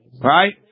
Right